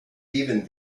even